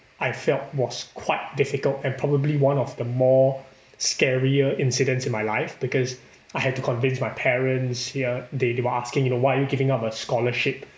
I felt was quite difficult and probably one of the more scarier incidents in my life because I had to convince my parents ya they they were asking you know why are you giving up a scholarship